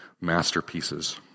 masterpieces